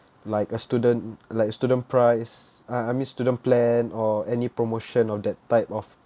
like a student like a student price I I mean student plan or any promotion or that type of